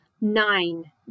Nine